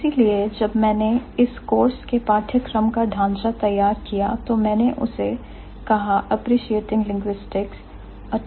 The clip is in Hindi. इसीलिए जब मैंने इस कोर्स के पाठ्यक्रम का ढांचा तैयार किया तो मैंने उसे कहा Appreciating Linguistics A Typological Approach